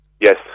Yes